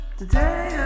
today